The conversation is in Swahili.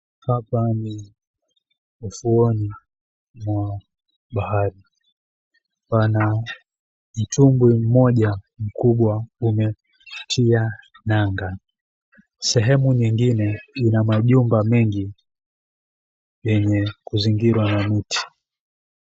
Hapa ni ufuoni mwa bahari, pana mtumbwi mmoja mkubwa umetia nanga. Sehemu nyingine ina majumba mengi yenye kuzingirwa na miti.